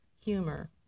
humor